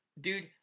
dude –